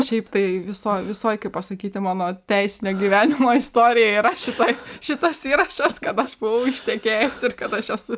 šiaip tai visoj visoj kaip pasakyti mano teisinio gyvenimo istorijoj yra šita šitas įrašas kad aš buvau ištekėjusi ir kad aš esu